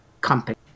company